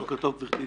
בוקר טוב גברתי.